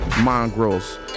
Mongrels